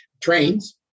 trains